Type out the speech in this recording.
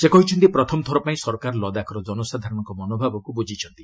ସେ କହିଛନ୍ତି ପ୍ରଥମଥର ପାଇଁ ସରକାର ଲଦାଖର ଜନସାଧାରଣଙ୍କ ମନୋଭାବକ୍ର ବୃଝିଛନ୍ତି